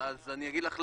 אני אגיד לך למה,